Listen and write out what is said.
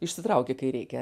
išsitrauki kai reikia